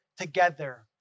together